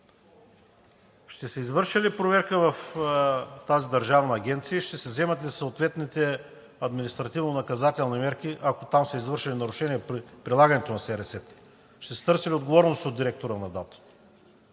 ще се извърши ли проверка в тази държавна агенция и ще се вземат ли съответните административнонаказателни мерки, ако там са извършени нарушения при прилагането на СРС-та? Ще се търси ли отговорност от директора на ДАТО?